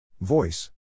Voice